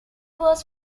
was